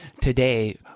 today